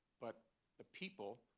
but the people,